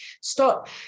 stop